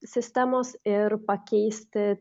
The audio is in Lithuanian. sistemos ir pakeisti